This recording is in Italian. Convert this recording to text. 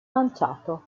lanciato